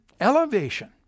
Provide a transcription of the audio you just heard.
elevation